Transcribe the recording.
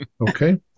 Okay